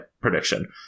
prediction